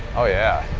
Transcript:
oh yeah.